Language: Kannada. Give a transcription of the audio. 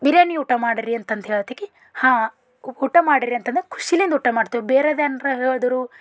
ಬಿರ್ಯಾನಿ ಊಟ ಮಾಡಿರಿ ಅಂತಂದು ಹೇಳ್ದಾಕಿ ಹಾಂ ಊಟ ಮಾಡಿರಿ ಅಂತಂದ್ರೆ ಖುಷಿಲಿಂದ ಊಟ ಮಾಡ್ತೇವೆ ಬೇರೆದೇನರ ಹೇಳಿದ್ರು